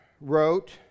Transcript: wrote